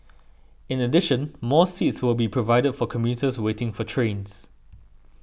in addition more seats will be provided for commuters waiting for trains